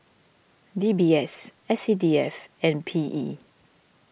D B S S C D F and P E